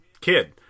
kid